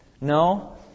No